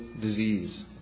disease